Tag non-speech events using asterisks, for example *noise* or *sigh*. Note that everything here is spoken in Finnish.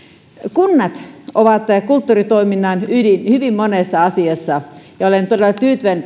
kunnat ovat kulttuuritoiminnan ydin hyvin monessa asiassa ja olen todella tyytyväinen *unintelligible*